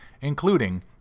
including